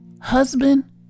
husband